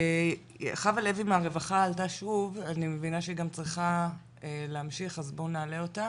חוה לוי מהרווחה עלתה, בואו נעלה אותה.